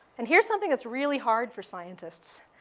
and here's something that's really hard for scientists.